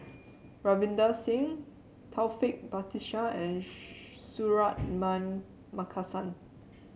Ravinder Singh Taufik Batisah and Suratman Markasan